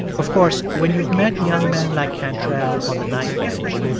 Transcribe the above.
of course, when you've met young men like cantrell on the knife edge,